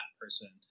person